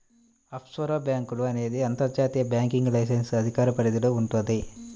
offshore బ్యేంకులు అనేది అంతర్జాతీయ బ్యాంకింగ్ లైసెన్స్ అధికార పరిధిలో వుంటది